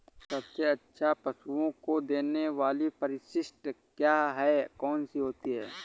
सबसे अच्छा पशुओं को देने वाली परिशिष्ट क्या है? कौन सी होती है?